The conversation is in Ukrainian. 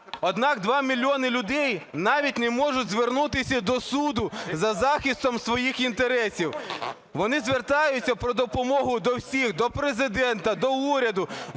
Однак 2 мільйони людей навіть не можуть звернутися до суду за захистом своїх інтересів, вони звертаються по допомогу до всіх: до Президента, до уряду,